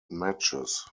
matches